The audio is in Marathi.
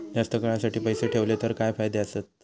जास्त काळासाठी पैसे ठेवले तर काय फायदे आसत?